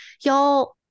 Y'all